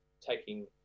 taking